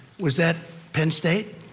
was that penn state?